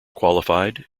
qualified